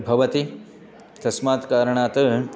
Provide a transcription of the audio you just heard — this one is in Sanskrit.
भवति तस्मात् कारणात्